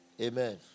Amen